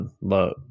Love